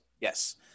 yes